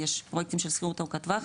יש פרויקטים של שכירות ארוכת טווח,